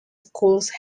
schools